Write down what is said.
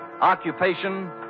Occupation